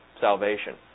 salvation